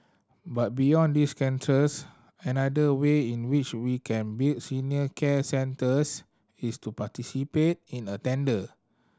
but beyond these another way in which we can build senior care centres is to participate in a tender